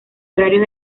horarios